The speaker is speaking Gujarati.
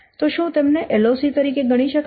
તો શું તેમને LOC તરીકે ગણી શકાય